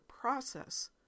process